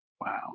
Wow